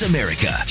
America